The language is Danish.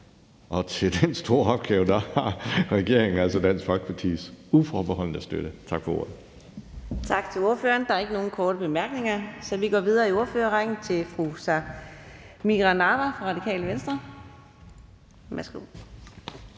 og til den store opgave har regeringen altså Dansk Folkepartis uforbeholdne støtte. Tak for ordet. Kl. 16:14 Anden næstformand (Karina Adsbøl): Tak til ordføreren. Der er ikke nogen korte bemærkninger, så vi går videre i ordførerrækken til fru Samira Nawa fra Radikale Venstre. Værsgo.